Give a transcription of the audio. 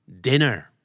Dinner